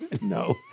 No